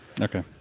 Okay